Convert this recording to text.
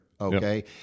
okay